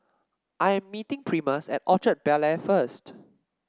I am meeting Primus at Orchard Bel Air first